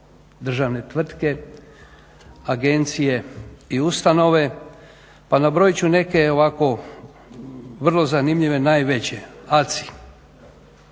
državne tvrtke, agencije i ustanove pa nabrojit ću neke ovako vrlo zanimljive najveće. ACI,